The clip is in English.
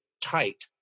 tight